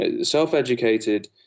self-educated